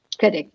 Correct